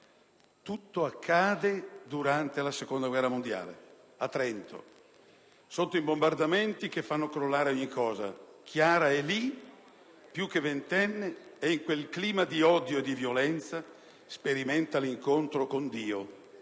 Tutto accade durante la Seconda guerra mondiale, a Trento, sotto i bombardamenti che fanno crollare ogni cosa. Chiara è lì, poco più che ventenne, ed in quel clima di odio e di violenza sperimenta l'incontro con Dio: